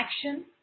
action